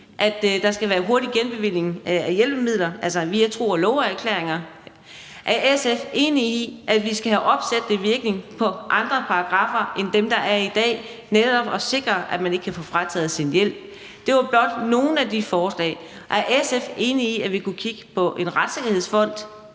at der skal være hurtig genbevilling af hjælpemidler, altså via tro og love-erklæringer? Er SF enig i, at vi skal have opsættende virkning på andre paragraffer end dem, der er det på i dag, netop for at sikre, at man ikke kan få frataget sin hjælp? Og er SF enig i, at vi kunne kigge på en retssikkerhedsfond?